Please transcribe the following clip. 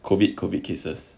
COVID COVID cases